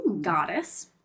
goddess